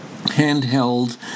handheld